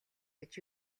гэж